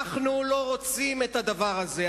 אנחנו לא רוצים את הדבר הזה,